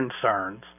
concerns